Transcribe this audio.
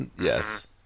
Yes